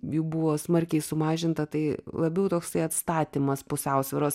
jų buvo smarkiai sumažinta tai labiau toksai atstatymas pusiausvyros